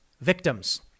Victims